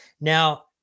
Now